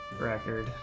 record